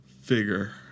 figure